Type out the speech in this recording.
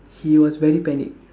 he was very panic